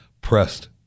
pressed